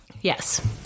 Yes